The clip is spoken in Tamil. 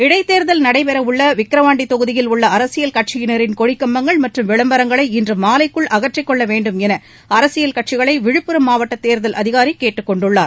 இடைத்தேர்தல் நடைபெற உள்ள விக்ரவாண்டி தொகுதியில் உள்ள அரசியல் கட்சியினரின் கொடிக் கம்பங்கள் மற்றும் விளம்பரங்களை இன்று மாலைக்குள் அகற்றிக் கொள்ள வேண்டும் என அரசியல் கட்சிகளை விழுப்புரம் மாவட்ட தேர்தல் அதிகாரி கேட்டுக் கொண்டுள்ளார்